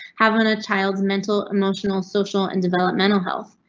having a child mental, emotional, social and developmental health,